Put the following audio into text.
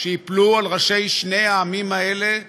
שייפלו על ראשי שני העמים האלה,